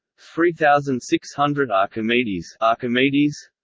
three thousand six hundred archimedes archimedes